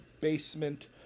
basement